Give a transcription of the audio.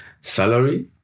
salary